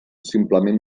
simplement